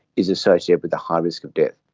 is associated with a high risk of death.